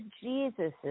Jesus